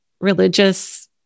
religious